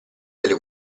delle